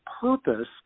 purpose